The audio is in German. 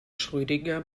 schrödinger